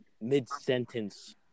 mid-sentence